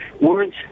words